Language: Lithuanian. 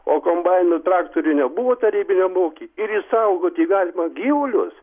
o kombainų traktorių nebuvo tarybiniam ūky ir išsaugoti galima gyvulius